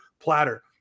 platter